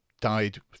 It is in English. died